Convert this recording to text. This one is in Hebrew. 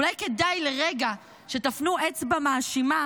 אולי כדאי שלרגע תפנו אצבע מאשימה